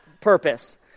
purpose